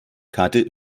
karte